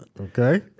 Okay